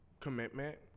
commitment